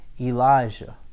Elijah